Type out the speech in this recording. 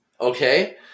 Okay